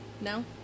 No